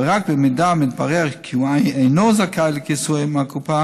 ורק אם מתברר כי הוא אינו זכאי לכיסוי מהקופה